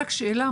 רק שאלה,